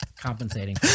compensating